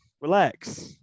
relax